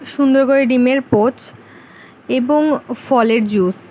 সুন্দর করে ডিমের পোচ এবং ফলের জুস